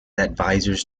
advisers